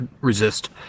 resist